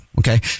Okay